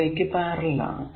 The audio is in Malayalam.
ക്കു പാരലൽ ആണ്